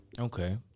Okay